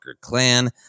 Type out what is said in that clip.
clan